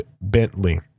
Bentley